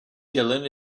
dylan